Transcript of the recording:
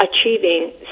achieving